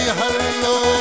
hello